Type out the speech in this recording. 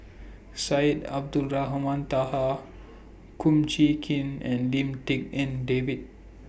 Syed Abdulrahman Taha Kum Chee Kin and Lim Tik En David